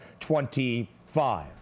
25